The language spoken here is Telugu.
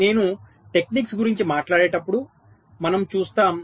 నేను టెక్నిక్స్ గురించి మాట్లాడేటప్పుడు మనం చూస్తాము